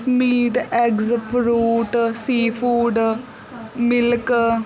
meat eggs fruit sea food milk